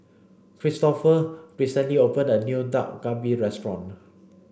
Kristoffer recently opened a new Dak Galbi restaurant